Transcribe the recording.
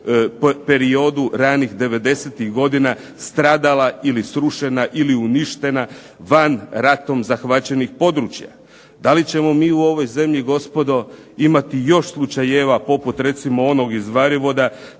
periodu ranih '90.-tih godina stradala ili srušena ili uništena van ratom zahvaćenih područja. Da li ćemo mi u ovoj zemlji gospodo imati još slučajeva poput recimo onog iz Varivoda